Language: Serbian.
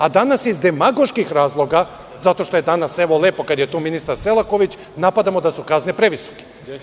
Danas, iz demagoških razloga, zato što je danas lepo kad je tu ministar Selaković, napadamo da su kazne previsoke.